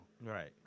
Right